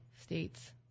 states